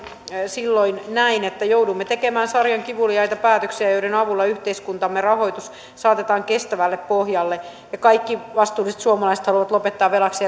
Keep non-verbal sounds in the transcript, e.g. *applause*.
silloin näin että joudumme tekemään sarjan kivuliaita päätöksiä joiden avulla yhteiskuntamme rahoitus saatetaan kestävälle pohjalle ja kaikki vastuulliset suomalaiset haluavat lopettaa velaksi *unintelligible*